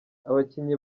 abakinyi